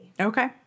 Okay